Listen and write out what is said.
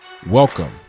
Welcome